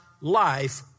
life